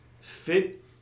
Fit